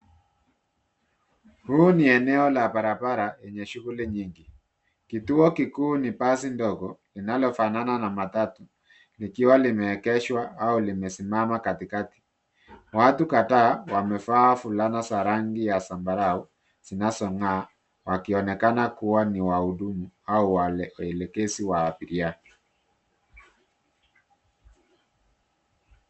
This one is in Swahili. Hii ni eneo la barabara lenye shughuli nyingi. Kituo kikuu ni basi ndogo, linalofanana na matatu, likiwa limeegeshwa au limesimama katikati. Watu kadhaa wamevaa fulana za rangi ya zambarau, zinazong'aa, wakionekana kua niwahudumu au waelekezi wa abiria.